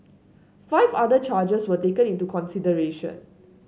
five other charges were taken into consideration